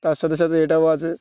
তার সাথে সাথে এটাও আছে